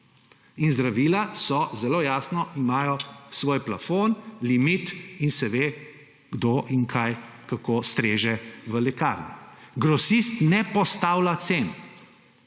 Zdravila imajo zelo jasno svoj plafon, limit in se ve, kdo in kaj, kako streže v lekarnah. Grosist ne postavlja cen,